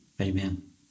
Amen